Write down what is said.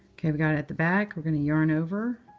ok. we've got it at the back. we're going to yarn over.